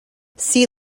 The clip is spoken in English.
see